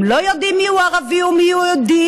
הם לא יודעים מיהו ערבי ומיהו יהודי,